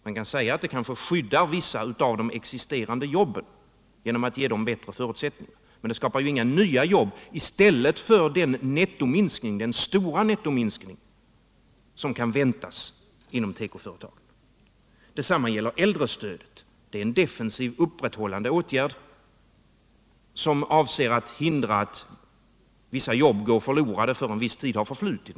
Man kan säga att det skyddar vissa av de existerande jobben, genom att ge dem bättre förutsättningar, men det skapar inga nya jobb i stället för den stora nettominskning som kan väntas inom tekobranschen. Detsamma gäller äldrestödet. Det är en defensiv, upprätthållande åtgärd som avser att hindra att vissa jobb går förlorade innan en viss tid förflutit.